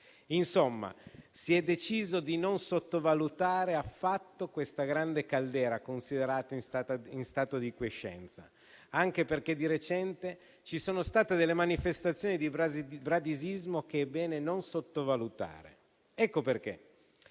Insomma, si è deciso di non sottovalutare affatto questa grande caldera, considerata in stato di quiescenza, anche perché di recente ci sono state delle manifestazioni di bradisismo che è bene non sottovalutare. Ecco perché